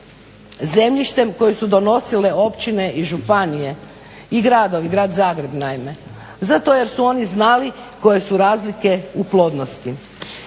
zemljištem koji su donosile općine i županije i gradovi, Grad Zagreb naime, zato jer su oni znali koje su razlike u plodnosti.